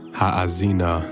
haazina